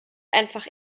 einfach